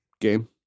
game